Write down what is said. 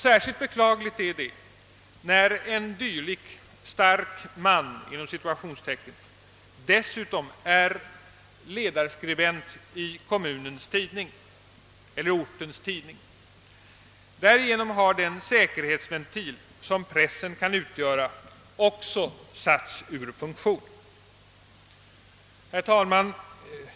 Särskilt beklagligt är det när en dylik »stark man» dessutom är ledarskribent i ortens tidning. Därigenom har den säkerhetsventil som pressen kan utgöra också satts ur funktion. Herr talman!